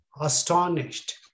astonished